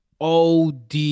OD